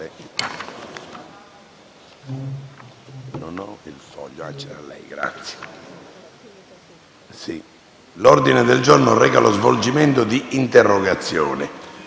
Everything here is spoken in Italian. L'ordine del giorno reca lo svolgimento di interrogazioni.